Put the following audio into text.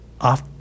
off